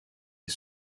est